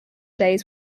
days